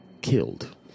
killed